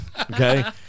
Okay